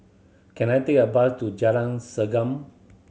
can I take a bus to Jalan Segam